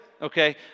okay